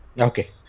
okay